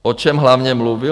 O čem hlavně mluvil?